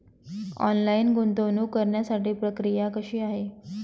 Online गुंतवणूक करण्यासाठी प्रक्रिया कशी आहे?